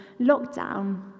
lockdown